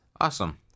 Awesome